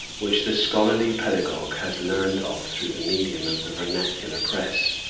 which the scholarly pedagogue has learned of through the medium of the vernacular press.